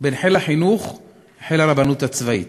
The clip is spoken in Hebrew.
בין חיל החינוך לחיל הרבנות הצבאית.